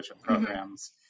programs